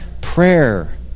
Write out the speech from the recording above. prayer